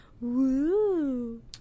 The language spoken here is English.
Woo